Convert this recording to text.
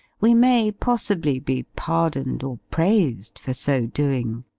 we may, possibly, be pardoned or praised for so doing.